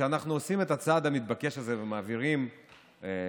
וכשאנחנו עושים את הצעד המתבקש הזה ומעבירים גוף